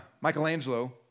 Michelangelo